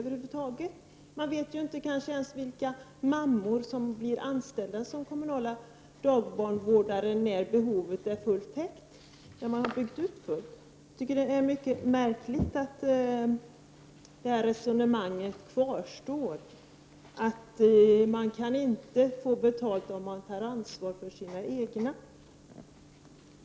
Man vet kanske inte ens vilka mammor som blir anställda som kommunala dagbarnvårdare när barnomsorgen är fullt utbyggd. Jag tycker att det är mycket märkligt att det resonemanget kvarstår, att man inte kan få betalt om man tar ansvar för sina egna barn.